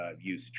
use